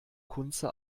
kunze